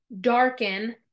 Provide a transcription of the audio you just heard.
darken